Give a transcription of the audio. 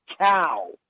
cow